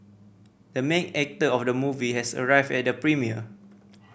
the main actor of the movie has arrived at the premiere